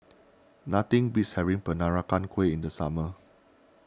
nothing beats having Peranakan Kueh in the summer